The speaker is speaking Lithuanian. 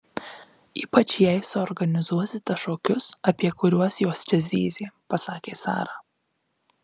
ypač jei suorganizuosite šokius apie kuriuos jos čia zyzė pasakė sara